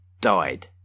died